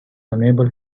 unable